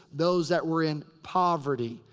those that were in poverty.